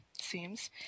seems